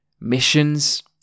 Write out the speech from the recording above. missions